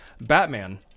batman